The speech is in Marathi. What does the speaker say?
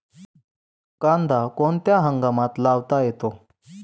कांदा कोणत्या हंगामात लावता येतो?